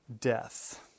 death